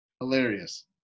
hilarious